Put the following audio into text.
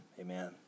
amen